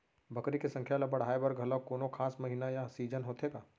बकरी के संख्या ला बढ़ाए बर घलव कोनो खास महीना या सीजन होथे का?